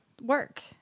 work